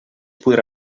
podrà